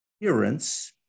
appearance